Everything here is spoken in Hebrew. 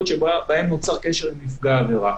שבהן נוצר קשר עם נפגע העבירה.